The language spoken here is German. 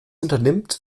unternimmt